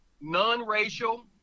non-racial